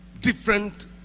Different